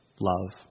love